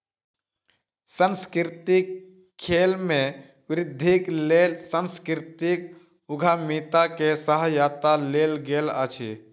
सांस्कृतिक खेल में वृद्धिक लेल सांस्कृतिक उद्यमिता के सहायता लेल गेल अछि